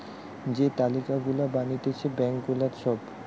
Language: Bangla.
যে তালিকা গুলা বানাতিছে ব্যাঙ্ক গুলার সব